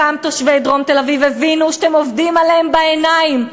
גם תושבי דרום תל-אביב הבינו שאתם עובדים עליהם בעיניים.